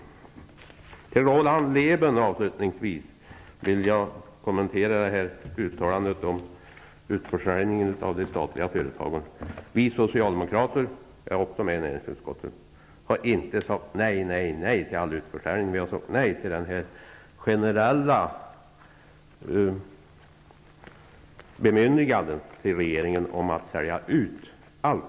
Till slut vill jag till Roland Lében avslutningsvis kommentera uttalandet om utförsäljningen av de statliga företagen. Vi socialdemokrater är också med i näringsutskottet. Vi har inte sagt nej, nej, nej till all utförsäljning. Vi har sagt nej till ett generellt bemyndigande till regeringen om att sälja ut allt.